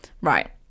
right